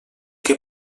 que